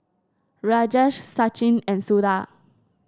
Rajesh Sachin and Suda